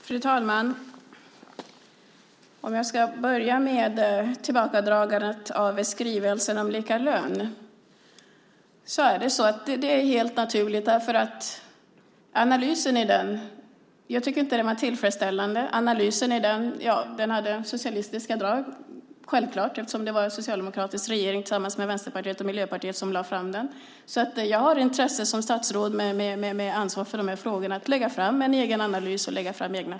Fru talman! Om jag ska börja med tillbakadragandet av skrivelsen om lika lön så är det helt naturligt, för analysen i den tycker jag inte var tillfredsställande. Analysen i den hade socialistiska drag. Det är självklart eftersom det var en socialdemokratisk regering tillsammans med Vänsterpartiet och Miljöpartiet som lade fram den. Så jag har intresse som statsråd med ansvar för de här frågorna att lägga fram en egen analys och egna förslag.